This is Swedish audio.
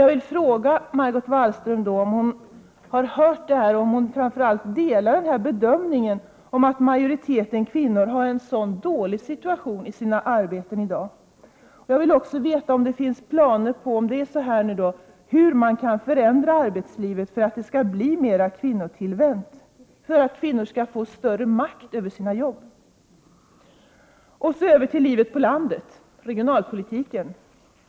Jag vill fråga Margot Wallström om hon hört dessa synpunkter och om hon instämmer i bedömningen, att majoriteten kvinnor i dag har en så dålig situation i sina arbeten. Jag vill också få veta om det i så fall finns några idéer om hur man kan ändra arbetslivet, så att det blir mer kvinnotillvänt, så att kvinnor kan få större makt över sina jobb. Och så över till livet på landet — regionalpolitiken.